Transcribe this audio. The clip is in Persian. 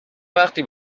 وقتی